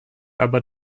aber